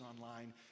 online